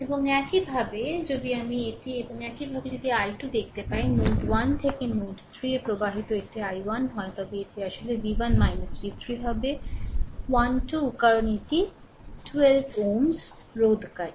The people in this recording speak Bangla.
এবং একইভাবে যদি আমি এটি এবং একইভাবে যদি i 2 দেখতে পাই নোড 1 থেকে নোড 3 এ প্রবাহিত এটি i i হয় তবে এটি আসলে V 1 V 3 হবে 12 কারণ এটি 12 Ω রোধকারী